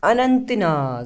Anant Nag